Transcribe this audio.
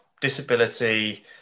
disability